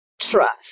trust